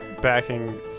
backing